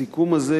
הסיכום הזה,